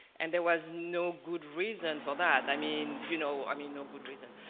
and there was no good reason for that. i mean, you know i mean no good reason.